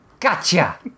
Gotcha